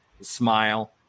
smile